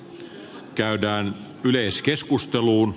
alun perin tämä